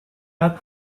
out